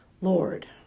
Lord